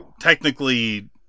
Technically